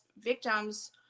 victims